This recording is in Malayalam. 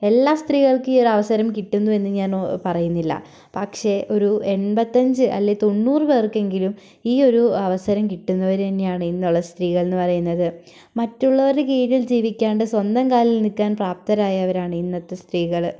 എല്ലാ സ്ത്രീകൾക്കും ഈ ഒരു അവസരം കിട്ടുന്നു എന്ന് ഞാൻ പറയുന്നില്ല പക്ഷേ ഒരു എൺപത്തഞ്ച് അല്ലെങ്കിൽ തൊണ്ണൂറ് പേർക്കെങ്കിലും ഈ ഒരു അവസരം കിട്ടുന്നവർ തന്നെ ആണ് ഇന്നുള്ള സ്ത്രീകൾ എന്നു പറയുന്നത് മറ്റുള്ളവരുടെ കീഴിൽ ജീവിക്കാണ്ട് സ്വന്തം കാലിൽ നിൽക്കാൻ പ്രാപ്തരായവരാണ് ഇന്നത്തെ സ്ത്രീകൾ